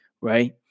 right